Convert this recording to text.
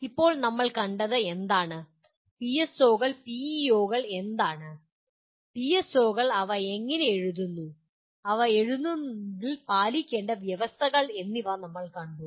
ഇപ്പോൾ നമ്മൾ കണ്ടത് എന്താണ് പിഎസ്ഒകൾ പിഇഒകൾ എന്താണ് പിഎസ്ഒകൾ അവ എങ്ങനെ എഴുതുന്നു അവ എഴുതുന്നതിൽ പാലിക്കേണ്ട വ്യവസ്ഥകൾ എന്നിവ നമ്മൾ കണ്ടു